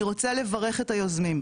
אני רוצה לברך את היוזמים,